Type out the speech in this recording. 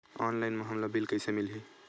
Online म हमला bill कइसे मिलही?